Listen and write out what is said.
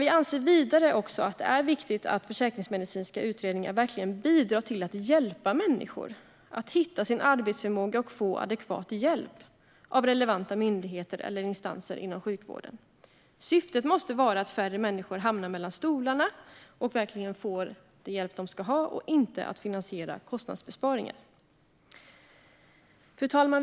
Vi anser vidare att det är viktigt att försäkringsmedicinska utredningar verkligen bidrar till att hjälpa människor att hitta sin arbetsförmåga och få adekvat hjälp av relevanta myndigheter eller instanser inom sjukvården. Syftet måste vara att färre människor hamnar mellan stolarna och får den hjälp de ska ha. Syftet ska inte vara att finansiera kostnadsbesparingar. Fru talman!